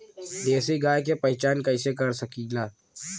देशी गाय के पहचान कइसे कर सकीला?